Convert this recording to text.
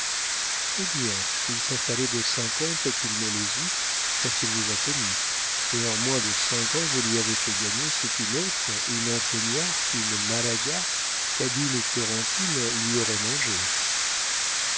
eh bien il s'en fallait de cinquante qu'il ne les eût quand il vous a connue et en moins de cinq ans vous lui avez fait gagner ce qu'une autre une antonia une malaga cadine ou florentine lui auraient mangé